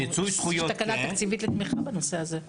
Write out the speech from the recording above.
יש תקנה תקציבית לתמיכה בנושא הזה.